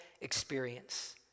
experience